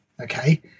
okay